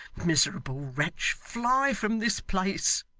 miserable wretch! fly from this place